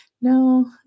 no